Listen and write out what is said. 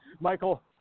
Michael